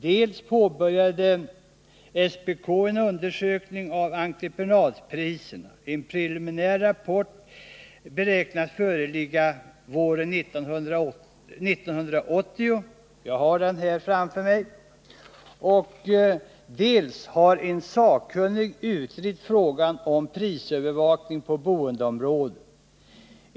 Dels påbörjade SPK en undersökning av entreprenadpriserna — en preliminär rapport har beräknats föreligga våren 1980, och jag har den här framför mig — dels har en sakkunnig utrett frågan om prisövervakning på boendeområdet.